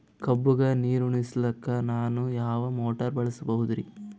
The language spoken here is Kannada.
ಕಬ್ಬುಗ ನೀರುಣಿಸಲಕ ನಾನು ಯಾವ ಮೋಟಾರ್ ಬಳಸಬಹುದರಿ?